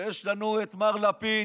יש לנו מר לפיד,